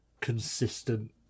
consistent